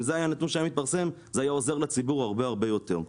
אם זה היה נתון שהיה מתפרסם זה היה עוזר לציבור הרבה יותר.